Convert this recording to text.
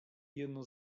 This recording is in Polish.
jeno